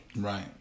Right